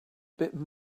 bit